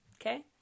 okay